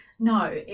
No